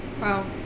Wow